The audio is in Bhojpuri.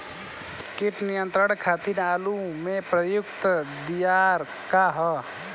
कीट नियंत्रण खातिर आलू में प्रयुक्त दियार का ह?